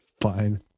Fine